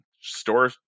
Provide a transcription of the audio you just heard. store